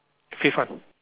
okay fine